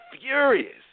furious